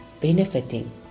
benefiting